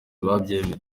babyemeye